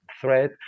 thread